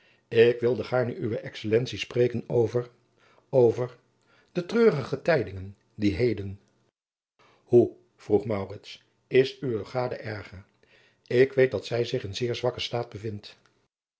ik wilde gaarne uwe excellentie spreken over over de treurige tijdingen die heden hoe vroeg maurits is uwe gade erger ik weet dat zij zich in zeer zwakken staat bevindt